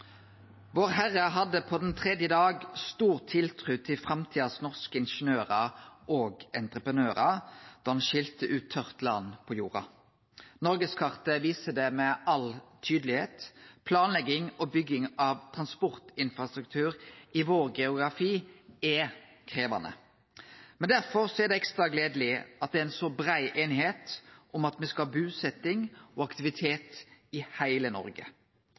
tydelegheit: Planlegging og bygging av transportinfrastruktur i vår geografi er krevjande. Men derfor er det ekstra gledeleg at det er ei så brei einigheit om at me skal ha busetnad og aktivitet i heile Noreg.